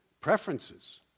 preferences